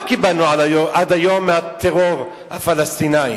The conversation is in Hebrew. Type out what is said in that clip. מה קיבלנו עד היום מהטרור הפלסטיני?